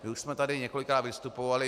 My už jsme tady několikrát vystupovali.